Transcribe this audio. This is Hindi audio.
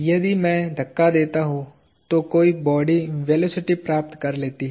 यदि मैं धक्का देता हूं तो कोई बॉडी वेलोसिटी प्राप्त कर लेती है